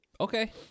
okay